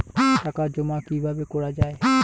টাকা জমা কিভাবে করা য়ায়?